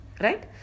Right